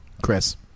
Chris